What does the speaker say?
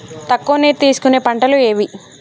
తక్కువ నీరు తీసుకునే పంటలు ఏవి?